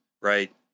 right